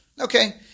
okay